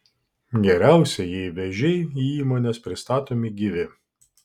geriausia jei vėžiai į įmones pristatomi gyvi